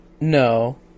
no